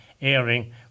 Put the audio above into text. airing